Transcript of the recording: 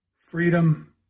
Freedom